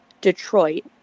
Detroit